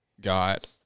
got